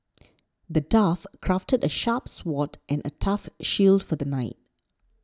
the dwarf crafted a sharp sword and a tough shield for the knight